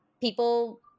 people